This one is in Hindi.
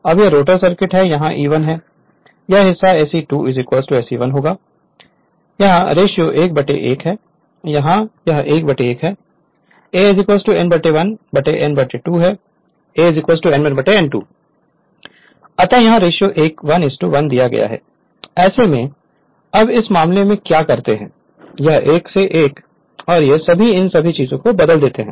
अब यह रोटर सर्किट है यह E1 है यह हिस्सा SE2 SE1 होगा यहां रेश्यो 1 से 1 है यहां यह 1 से 1 है a n 1 n2 है a n 1 n 2 अतः यहाँ रेशियो 1 से 1 दिया गया है ऐसे में अब इस मामले में क्या कहते हैं यह 1 से 1 है और ये सभी इन सभी चीजों को बदल देते हैं